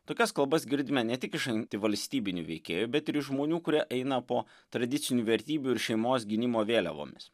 tokias kalbas girdime ne tik iš antivalstybinių veikėjų bet ir žmonių kurie eina po tradicinių vertybių ir šeimos gynimo vėliavomis